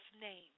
name